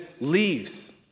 leaves